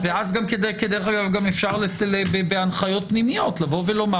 ואז דרך אגב גם אפשר בהנחיות פנימיות לבוא ולומר